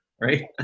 right